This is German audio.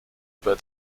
über